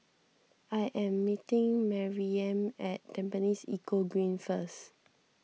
I am meeting Maryam at Tampines Eco Green first